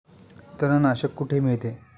तणनाशक कुठे मिळते?